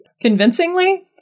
Convincingly